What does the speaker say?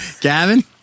Gavin